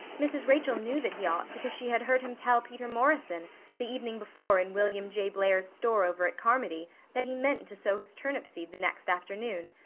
mrs. rachel knew that he ought because she had heard him tell peter morrison the evening before in william j. blair's store over at carmody that he meant to sow his turnip seed the next afternoon.